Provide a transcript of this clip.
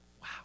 Wow